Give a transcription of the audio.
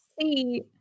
see